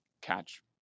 catch